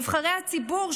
נבחרי הציבור,